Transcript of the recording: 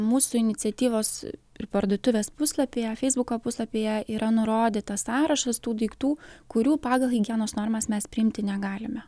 mūsų iniciatyvos ir parduotuvės puslapyje feisbuko puslapyje yra nurodytas sąrašas tų daiktų kurių pagal higienos normas mes priimti negalime